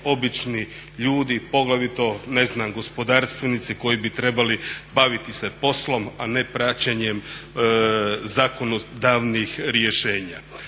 obično ljudi, poglavito gospodarstvenici koji bi trebali baviti se poslom, a ne praćenjem zakonodavnih rješenja.